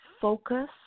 focus